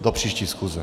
Do příští schůze.